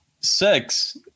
sex